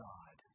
God